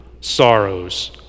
sorrows